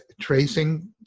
tracing